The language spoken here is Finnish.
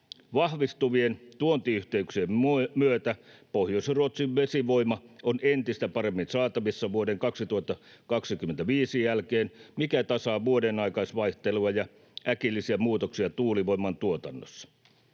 Vahvistuvien tuontiyhteyksien myötä Pohjois-Ruotsin vesivoimaa on entistä paremmin saatavissa vuoden 2025 jälkeen, mikä tasaa vuodenaikaisvaihtelua ja äkillisiä muutoksia tuulivoiman tuotannossa.